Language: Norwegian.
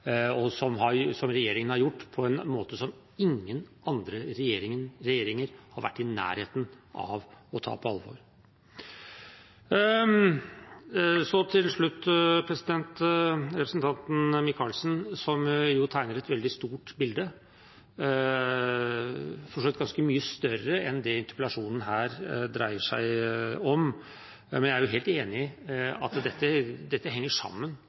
og som regjeringen har gjort på en måte som ingen andre regjeringer har vært i nærheten av å ta på alvor. Til slutt: Representanten Michaelsen tegner et veldig stort bilde – for så vidt ganske mye større enn det interpellasjonen her dreier seg om – men jeg er helt enig i at dette henger sammen.